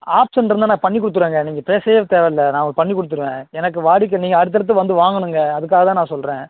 option இருந்தால் நான் பண்ணிக்கொடுத்துருவேங்க நீங்கள் பேசவே தேவை இல்லை நான் பண்ணிக்கொடுத்துருவேன் எனக்கு வாடிக்கை நீங்கள் அடுத்தடுத்து வந்து வாங்கணுமுங்க அதுக்காக தான் நான் சொல்கிறேன்